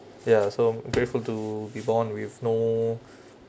ya so grateful to be born with no